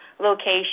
location